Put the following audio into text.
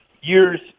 years